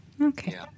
Okay